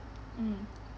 mm